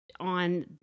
on